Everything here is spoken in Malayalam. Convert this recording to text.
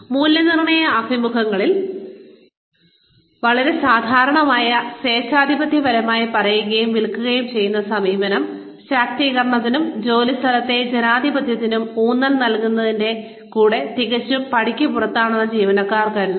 മൂല്യനിർണ്ണയ അഭിമുഖങ്ങളിൽ വളരെ സാധാരണമായ സ്വേച്ഛാധിപത്യപരമായ പറയുകയും വിൽക്കുകയും ചെയ്യുന്ന സമീപനം ശാക്തീകരണത്തിനും ജോലിസ്ഥലത്തെ ജനാധിപത്യത്തിനും ഊന്നൽ നൽകുന്നതിന്റെ കൂടെ തികച്ചും പടിക്ക് പുറത്താണെന്ന് ജീവനക്കാർ കരുതുന്നു